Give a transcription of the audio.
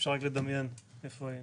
אפשר רק לדמיין איפה היינו.